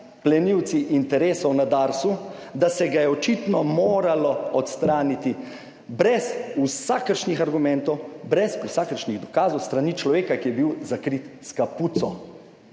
plenilci interesov na Darsu, da se ga je očitno moralo odstraniti brez vsakršnih argumentov, brez vsakršnih dokazov, s strani človeka, ki je bil zakrit s kapuco.